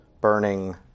burning